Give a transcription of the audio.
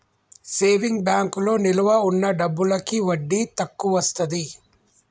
saving బ్యాంకులో నిలవ ఉన్న డబ్బులకి వడ్డీ తక్కువొస్తది